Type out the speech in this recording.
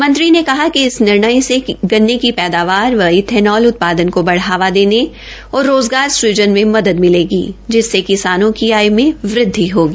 मंत्री ने कहा कि इस निर्णय से गन्ने की पैदावार व एथेनाल उत्पादन को बढ़ावा देने और रोज़गार सुजन में मदद मिलेगी जिससे किसानों की आय में वृदधि होगी